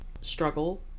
struggle